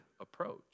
approach